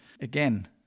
Again